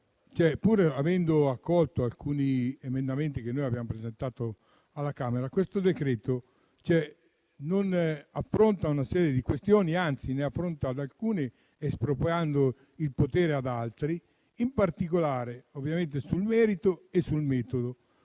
stati accolti alcuni emendamenti che noi abbiamo presentato alla Camera, questo decreto-legge non affronta una serie di questioni: anzi, ne ha affrontate alcune, espropriando il potere ad altri, in particolare, ovviamente, nel merito e nel metodo.